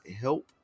help